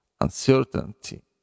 uncertainty